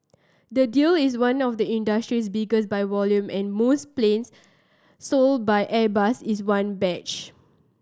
the deal is one of the industry's biggest by volume and most planes sold by Airbus is one batch